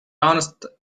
honest